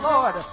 Lord